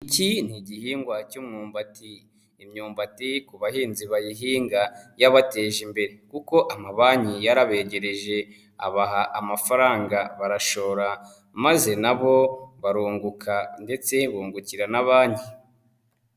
Iki ni igihingwa k'imyumbati imyumbati ku bahinzi bayihinga yabateje imbere kuko amabanki yarabegereje abaha amafaranga barashora, maze nabo barunguka ndetse bungukira na banki.